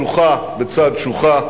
שוחה בצד שוחה,